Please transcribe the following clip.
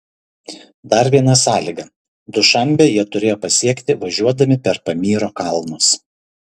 dar viena sąlyga dušanbę jie turėjo pasiekti važiuodami per pamyro kalnus